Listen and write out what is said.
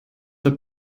der